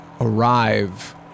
arrive